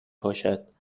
پاشد